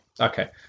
Okay